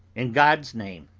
in god's name!